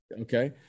Okay